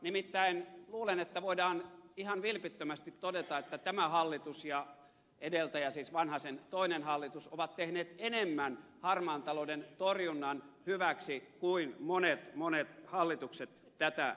nimittäin luulen että voidaan ihan vilpittömästi todeta että tämä hallitus ja edeltäjä siis vanhasen toinen hallitus ovat tehneet enemmän harmaan talouden torjunnan hyväksi kuin monet monet hallitukset tätä ennen